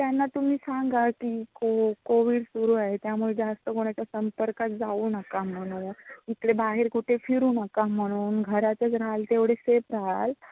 त्यांना तुम्ही सांगा की को कोविड सुरू आहे त्यामुळे जास्त कोणाच्या संपर्कात जाऊ नका म्हणून इथले बाहेर कुठे फिरू नका म्हणून घरातच राहाल तेवढे सेफ राहाल